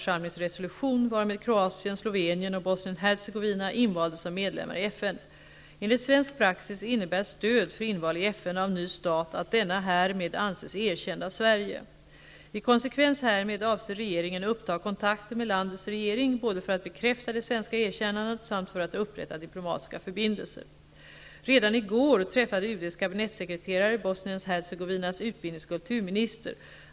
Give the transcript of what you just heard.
Slovenien och Bosnien-Hercegovina invaldes som medlemmar i FN. Enligt svensk praxis innebär stöd för inval i FN av ny stat att denna härmed anses erkänd av Sverige. I konsekvens härmed avser regeringen uppta kontakter med landets regering både för att bekräfta det svenska erkännandet och för att upprätta diplomatiska förbindelser. Redan i går träffade UD:s kabinettssekreterare Bosnien Hercegovinas utbildnings och kulturminister.